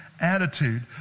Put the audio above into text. Attitude